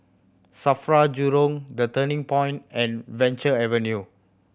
SAFRA Jurong The Turning Point and Venture Avenue